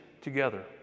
together